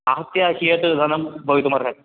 आहत्य कियत् धनं भवितुमर्हति